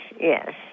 yes